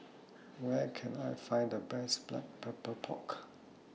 Where Can I Find The Best Black Pepper Pork